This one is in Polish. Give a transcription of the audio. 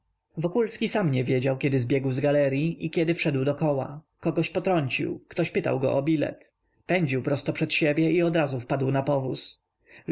córką wokulski sam nie wiedział kiedy zbiegł z galeryi i kiedy wszedł do koła kogoś potrącił ktoś pytał go o bilet pędził prosto przed siebie i odrazu wpadł na